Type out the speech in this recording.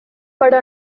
però